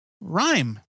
rhyme